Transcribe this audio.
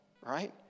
right